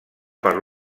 per